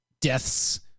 deaths